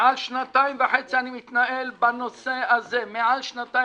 מעל שנתיים וחצי אני מתנהל בנושא הזה בדיונים